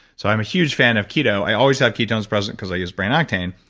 so, i'm a huge fan of keto. i always have ketones present because i use brain octane,